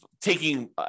taking